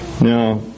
Now